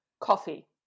Coffee